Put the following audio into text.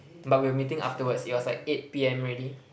but we were meeting afterwards it was like eight P_M already